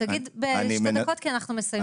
תגיד בשתי דקות כי אנחנו מסיימים.